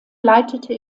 leitete